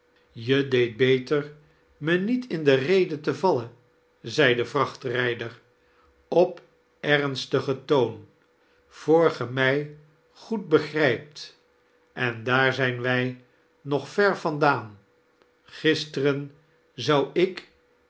je deedt beter me niet in de reden te vallen zei de vrachtrijder op ernstigen toon voor ge mij goed begrijpt en daair zijn wij nog ver vandaan gisteren zou ik